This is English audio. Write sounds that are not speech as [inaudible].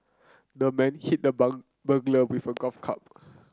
the man hit the [unintelligible] burglar with a golf club